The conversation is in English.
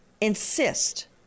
insist